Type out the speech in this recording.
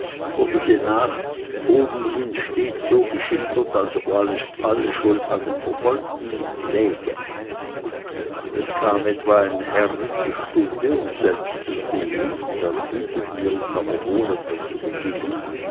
wurde sie nach oben hin stets so geschildert als ob alle schuld an dem verfolgten läge es kam etwa ein herr in die stunde um selbst zu sehen dann hüteten wir uns aber wohl etwas zu beginnen